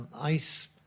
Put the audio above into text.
ice